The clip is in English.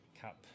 cap